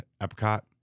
Epcot